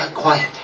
quiet